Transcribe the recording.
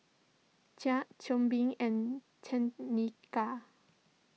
Jax Tobin and Tenika